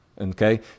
Okay